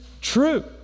true